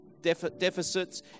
deficits